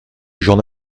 j’en